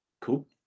Cool